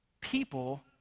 People